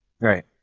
Right